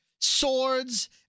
Swords